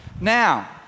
Now